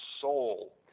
soul